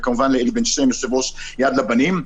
כמובן גם לאלי בן-שם, יו"ר יד לבנים.